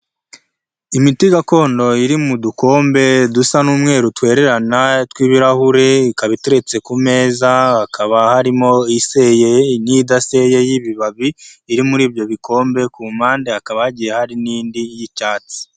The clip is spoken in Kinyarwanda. Imiti gakondo iri mu dukombe dusa n'umweru twererana tw'ibirahure, ikaba ituretse ku meza hakaba harimo iseye' idaseye y'ibibabi iri muri ibyo bikombe ku mpande hakaba hagiye hari n'indi y'icyatsi.